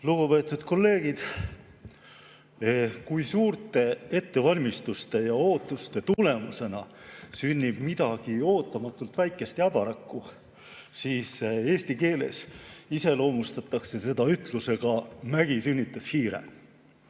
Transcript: Lugupeetud kolleegid! Kui suurte ettevalmistuste ja ootuste tulemusena sünnib midagi ootamatult väikest ja äbarikku, siis eesti keeles iseloomustatakse seda ütlusega "Mägi sünnitas hiire".